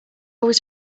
was